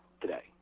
today